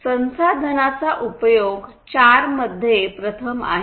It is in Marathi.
संसाधनांचा उपयोग 4 मध्ये प्रथम आहे